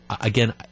again